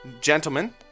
Gentlemen